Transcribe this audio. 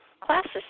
classes